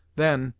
then,